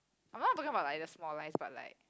I'm not talking about like the small lies but like